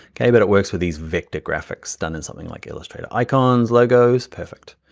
okay, but it works with these vector graphics done in something like illustrator. icons, logos, perfect.